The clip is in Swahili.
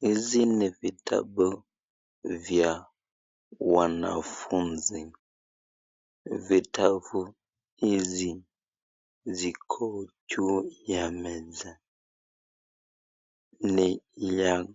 Hizi ni vitabu vya wanafunzi. Vitabu hizi ziko juu ya meza, ni ya